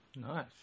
Nice